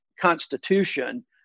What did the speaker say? constitution